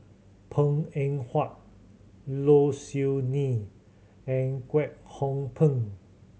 Png Eng Huat Low Siew Nghee and Kwek Hong Png